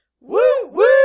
Woo-woo